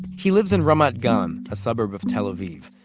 he lives in ramat gan, a suburb of tel aviv.